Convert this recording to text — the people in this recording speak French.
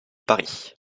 paris